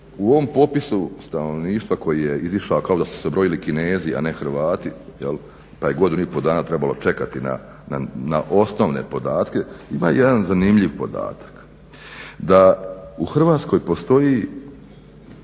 u ovom popisu stanovništva koji je izišao kao da su se brojili Kinezi, a ne Hrvati pa je godinu i pol dana trebalo čekati na osnovne podatke. Ima jedan zanimljiv podatak, da u Hrvatskoj postoji